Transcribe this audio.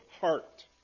heart